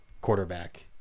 quarterback